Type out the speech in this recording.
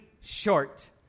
short